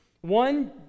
One